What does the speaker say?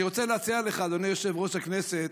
אני רוצה להציע לך, אדוני יושב-ראש הכנסת,